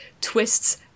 twists